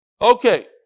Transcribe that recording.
Okay